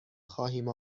خواهیم